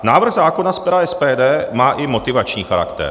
Návrh zákona z pera SPD má i motivační charakter.